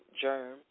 germ